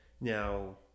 Now